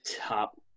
top